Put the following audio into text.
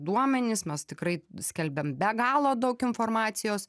duomenys mes tikrai skelbiam be galo daug informacijos